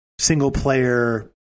single-player